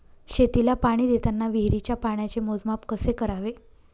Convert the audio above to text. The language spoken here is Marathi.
शेतीला पाणी देताना विहिरीच्या पाण्याचे मोजमाप कसे करावे?